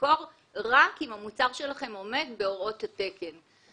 למכור רק אם המוצר שלכם עומד בהוראות התקן.